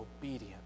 obedient